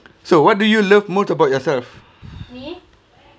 so what do you love most about yourself